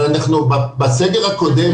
אבל אנחנו בסגר הקודם,